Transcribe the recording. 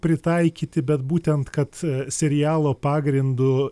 pritaikyti bet būtent kad serialo pagrindu